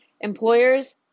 employers